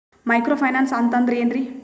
Micro finance ಅಂತಂದ್ರ ಏನ್ರೀ?